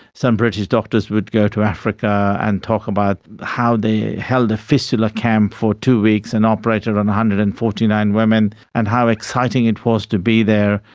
some british doctors would go to africa and talk about how they held a fistula camp for two weeks and operated on one hundred and forty nine women, and how exciting it was to be there.